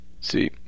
see